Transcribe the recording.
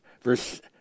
verse